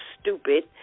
stupid